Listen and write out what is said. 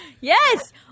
Yes